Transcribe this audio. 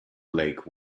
lake